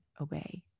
obey